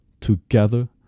together